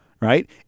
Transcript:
right